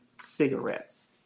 cigarettes